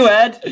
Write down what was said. ed